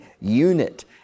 unit